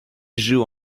joue